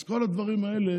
אז כל הדברים האלה